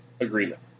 agreement